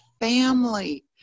family